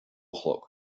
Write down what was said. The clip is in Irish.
chlog